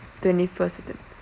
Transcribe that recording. twenty first september